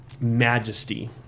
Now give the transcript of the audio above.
majesty